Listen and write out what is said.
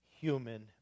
human